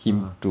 (uh huh)